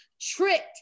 tricked